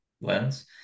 lens